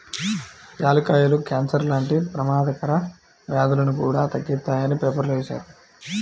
యాలుక్కాయాలు కాన్సర్ లాంటి పెమాదకర వ్యాధులను కూడా తగ్గిత్తాయని పేపర్లో వేశారు